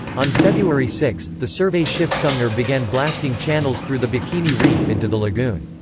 on february six, the survey ship sumner began blasting channels through the bikini reef into the lagoon.